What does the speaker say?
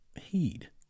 heed